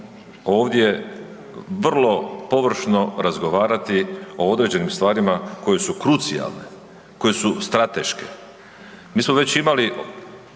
ovdje vrlo površno razgovarati o određenim stvarima koje su krucijalne, koje su strateške. Mi smo već imali